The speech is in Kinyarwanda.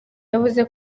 yavuze